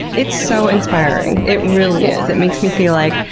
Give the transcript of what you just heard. it's so inspiring. it really is. it makes me feel like,